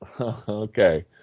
okay